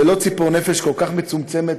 ולא ציפור נפש כל כך מצומצמת,